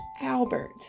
Albert